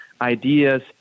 ideas